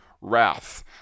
wrath